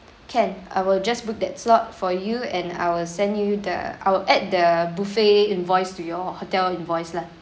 can I will just book that slot for you and I will send you the I'll add the buffet invoice to your hotel invoice lah